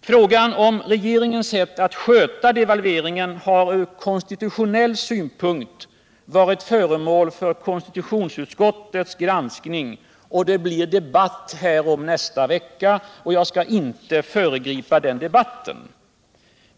Frågan om regeringens sätt att sköta devalveringen har ur konstitutionell synpunkt varit föremål för konstitutionsutskottets granskning, och det blir debatt härom nästa vecka. Jag skall inte föregripa den debatten,